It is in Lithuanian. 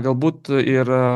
galbūt ir